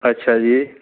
अच्छा जी